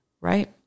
right